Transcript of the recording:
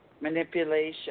manipulation